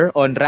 on